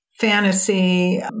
fantasy